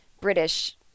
British